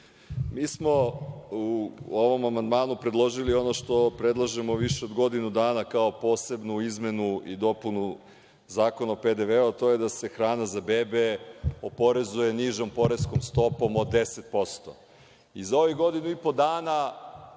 Mi smo u ovom amandmanu predložili ono što predlažemo više od godinu dana kao posebnu izmenu i dopunu Zakona o PDV-u, a to je da se hrana za bebe oporezuje nižom poreskom stopom od 10%. Za ovih godinu i po dana,